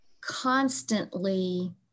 constantly